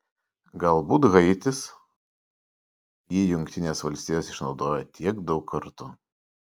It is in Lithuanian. galbūt haitis jį jungtinės valstijos išnaudojo tiek daug kartų